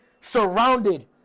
surrounded